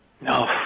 No